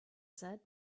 said